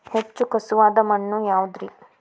ಹೆಚ್ಚು ಖಸುವಾದ ಮಣ್ಣು ಯಾವುದು ರಿ?